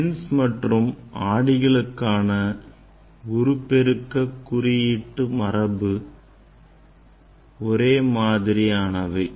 lens மற்றும் ஆடிகளுக்கான உருபெருக்க குறியீட்டு மரபு ஒரே மாதிரியானவை